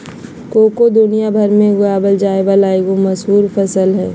cocoa दुनिया भर में उगाल जाय वला एगो मशहूर फसल हइ